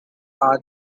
are